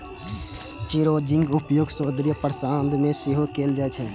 चिरौंजीक उपयोग सौंदर्य प्रसाधन मे सेहो कैल जाइ छै